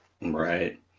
Right